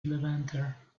levanter